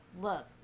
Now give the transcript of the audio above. Look